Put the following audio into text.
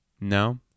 No